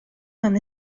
mewn